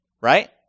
Right